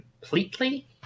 Completely